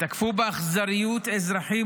ותקפו באכזריות אזרחים,